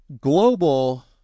Global